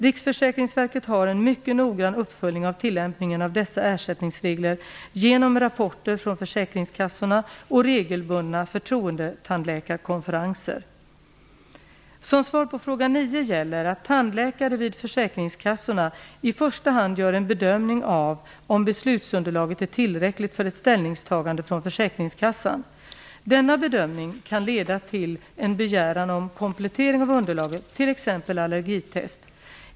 Riksförsäkringsverket har en mycket noggrann uppföljning av tillämpningen av dessa ersättningsregler genom rapporter från försäkringskassorna och regelbundna förtroendetandläkarkonferenser. Som svar på fråga nio gäller att tandläkare vid försäkringskassorna i första hand gör en bedömning av om beslutsunderlaget är tillräckligt för ett ställningstagande från försäkringskassan. Denna bedömning kan leda till en begäran om komplettering av underlaget. t.ex. allergitest.